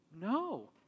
No